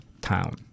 town